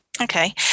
Okay